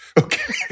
Okay